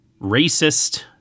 racist